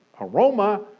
aroma